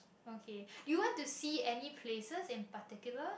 okay do you want to see any places in particular